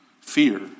fear